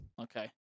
Okay